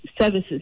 services